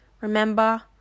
remember